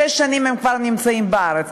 שש שנים הם כבר נמצאים בארץ.